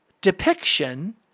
depiction